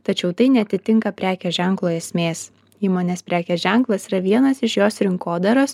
tačiau tai neatitinka prekės ženklo esmės įmonės prekės ženklas yra vienas iš jos rinkodaros